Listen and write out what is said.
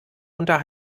unter